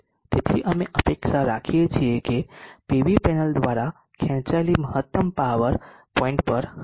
તેથી અમે અપેક્ષા રાખીએ છીએ કે પીવી પેનલ દ્વારા ખેંચાયેલી પાવર મહત્તમ પાવર પોઇન્ટ પર હશે